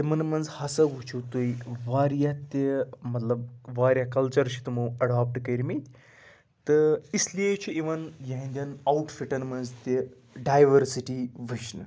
تِمَن منٛز ہَسا وٕچھو تُہۍ واریاہ تہِ مطلب واریاہ کَلچَر چھِ تٕمو ایٚڈاپٹ کٔرمٕتۍ تہٕ اِسلیے چھِ یِوان یِہٕنٛدیٚن آوُٹ فِٹَن منٛز تہِ ڈایؤرسِٹی وٕچھنہٕ